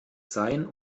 sein